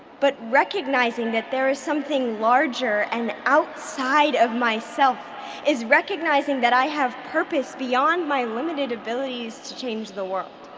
but recognizing that there is something larger and outside of myself is recognizing that i have purpose beyond my limited abilities to change the world.